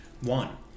One